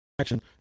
action